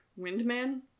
Windman